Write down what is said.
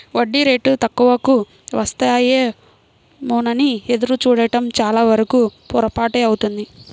వడ్డీ రేటు తక్కువకు వస్తాయేమోనని ఎదురు చూడడం చాలావరకు పొరపాటే అవుతుంది